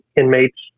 inmates